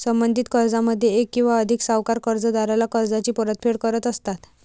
संबंधित कर्जामध्ये एक किंवा अधिक सावकार कर्जदाराला कर्जाची परतफेड करत असतात